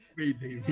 repeat